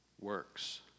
works